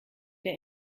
der